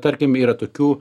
tarkim yra tokių